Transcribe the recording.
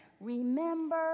remember